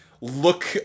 look